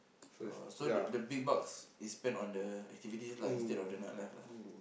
oh so the the big bucks is spent on the activities lah instead of the night life lah